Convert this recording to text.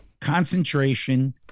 concentration